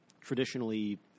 traditionally